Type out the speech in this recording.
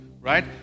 right